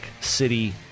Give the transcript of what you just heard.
City